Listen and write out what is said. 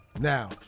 Now